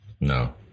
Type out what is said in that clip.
No